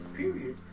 Period